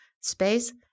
Space